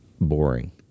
boring